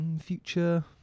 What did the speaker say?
future